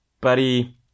buddy